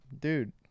dude